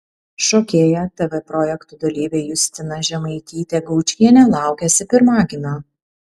šokėja tv projektų dalyvė justina žemaitytė gaučienė laukiasi pirmagimio